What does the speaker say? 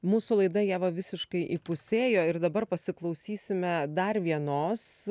mūsų laida ieva visiškai įpusėjo ir dabar pasiklausysime dar vienos